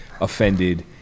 offended